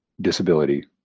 disability